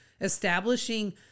establishing